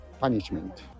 punishment